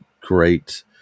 great